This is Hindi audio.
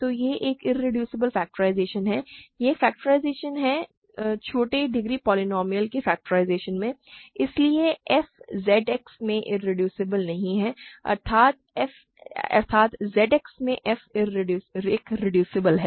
तो यह एक इरेड्यूसबल फ़ैक्टराइज़ेशन है यह एक फ़ैक्टराइज़ेशन है छोटे डिग्री पोलीनोमियल्स के फ़ैक्टराइज़ेशन में इसलिए f ZX में इरेड्यूसिबल नहीं है अर्थात Z X में f रिड्यूसिबल है